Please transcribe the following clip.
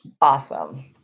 Awesome